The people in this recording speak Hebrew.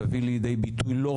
בין כל המגזרים, מיכאל ביטון.